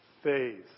Faith